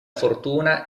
fortuna